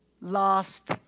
lost